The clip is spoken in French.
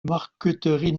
marqueterie